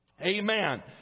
Amen